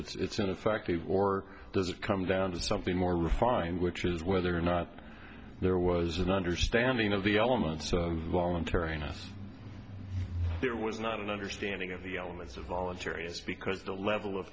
's ineffective or does it come down to something more refined which is whether or not there was an understanding of the elements of voluntariness there was not an understanding of the elements of voluntary is because the level of